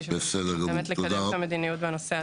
כדי לקדם את המדיניות בנושא הזה.